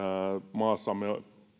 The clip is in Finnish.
maassamme